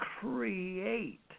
create